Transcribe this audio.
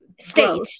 State